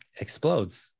explodes